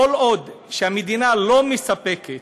כל עוד המדינה לא מספקת